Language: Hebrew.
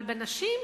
אבל לנשים,